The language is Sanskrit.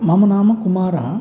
मम नाम कुमारः